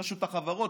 רשות החברות,